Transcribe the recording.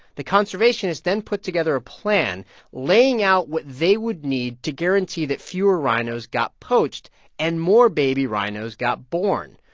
the conservationists then put together a plan laying out what they would need to guarantee that fewer rhinos got poached and more baby rhinos got born.